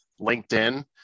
LinkedIn